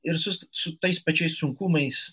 ir sus su tais pačiais sunkumais